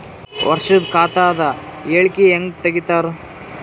ವರ್ಷದ ಖಾತ ಅದ ಹೇಳಿಕಿ ಹೆಂಗ ತೆಗಿತಾರ?